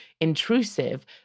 intrusive